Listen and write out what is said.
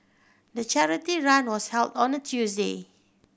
the charity run was held on a Tuesday